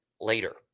later